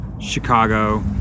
Chicago